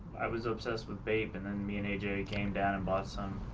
i was ah obsessed with bape and then me and aj came down and bought some